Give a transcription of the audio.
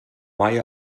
mai